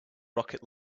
rocket